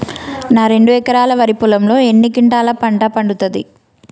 నా రెండు ఎకరాల వరి పొలంలో ఎన్ని క్వింటాలా పంట పండుతది?